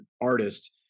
artist